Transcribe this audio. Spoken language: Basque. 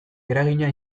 eragina